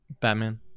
Batman